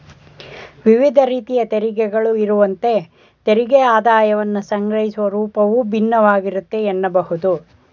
ವಿವಿಧ ರೀತಿಯ ತೆರಿಗೆಗಳು ಇರುವಂತೆ ತೆರಿಗೆ ಆದಾಯವನ್ನ ಸಂಗ್ರಹಿಸುವ ರೂಪವು ಭಿನ್ನವಾಗಿರುತ್ತೆ ಎನ್ನಬಹುದು